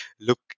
look